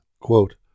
Quote